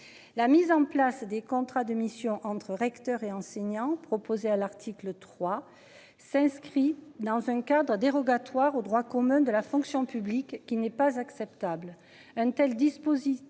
La mise en place des contrats de mission entre recteurs et enseignants proposée à l'article 3 s'inscrit dans un cadre dérogatoire au droit commun de la fonction publique qui n'est pas acceptable.